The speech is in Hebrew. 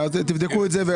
תבדקו את זה.